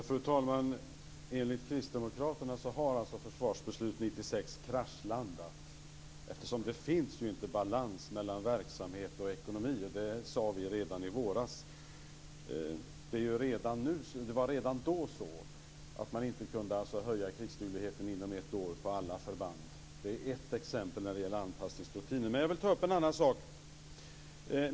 Fru talman! Enligt kristdemokraterna har Försvarsbeslut 96 kraschlandat. Det finns ju inte någon balans mellan verksamhet och ekonomi, och det sade vi redan i våras. Det var redan då så att man inte kunde höja krigsdugligheten inom ett år på alla förband. Det är ett exempel när det gäller anpassningsrutiner. Men jag vill ta upp en annan sak.